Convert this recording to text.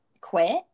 quit